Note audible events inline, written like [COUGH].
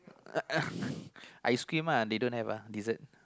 [NOISE] ice cream ah they don't have ah dessert